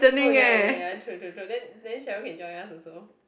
oh ya ya ya ya true true true then then Sharon can join us also